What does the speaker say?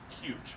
huge